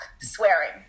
swearing